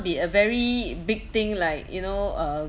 be a very big thing like you know uh